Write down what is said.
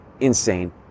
Insane